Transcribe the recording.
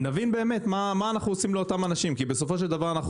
נבין מה אנחנו עושים לאותם אנשים כי בסופו של דבר אנחנו